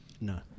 no